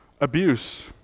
abuse